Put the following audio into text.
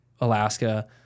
Alaska